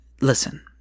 Listen